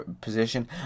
position